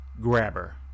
Grabber